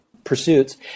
pursuits